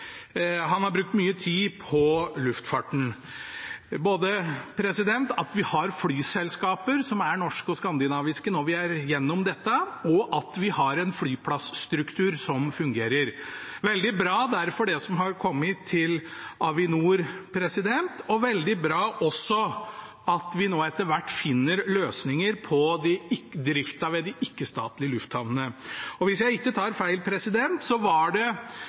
Han har også brukt mye tid i den vanskelige tida vi har vært igjennom, og fortsatt er i, på luftfarten – både for at vi skal ha flyselskaper som er norske og skandinaviske når vi er kommet igjennom dette, og for at vi skal ha en flyplasstruktur som fungerer. Det er derfor veldig bra, det som har kommet til Avinor. Det er også veldig bra at vi nå etter hvert finner løsninger for driften ved de ikke-statlige lufthavnene. Hvis jeg